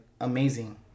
amazing